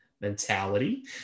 mentality